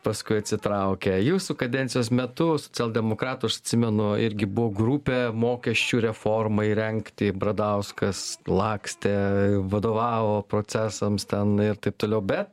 paskui atsitraukia jūsų kadencijos metu socialdemokratų aš atsimenu irgi grupė mokesčių reformai rengti bradauskas lakstė vadovavo procesams ten ir taip toliau bet